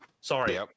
Sorry